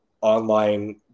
online